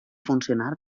funcionar